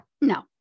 No